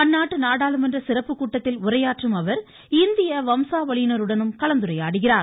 அந்நாட்டு நாடாளுமன்ற சிறப்புக்கூட்டத்தில் உரையாற்றும் அவர் இந்திய வம்சாவளியினர் உடனும் கலந்துரையாடுகிறார்